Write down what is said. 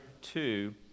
two